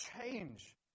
change